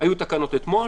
היו תקנות אתמול